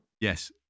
yes